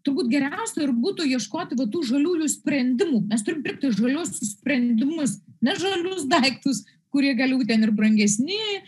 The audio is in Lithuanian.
turbūt geriausia ir būtų ieškoti vat tų žaliųjų sprendimų mes turim pirkti žalius sprendimus ne žalius daiktus kurie gali būti ten ir brangesni